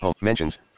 mentions